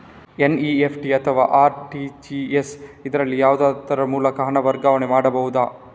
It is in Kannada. ಎನ್.ಇ.ಎಫ್.ಟಿ ಅಥವಾ ಆರ್.ಟಿ.ಜಿ.ಎಸ್, ಇದರಲ್ಲಿ ಯಾವುದರ ಮೂಲಕ ಹಣ ವರ್ಗಾವಣೆ ಮಾಡಬಹುದು?